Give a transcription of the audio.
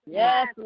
yes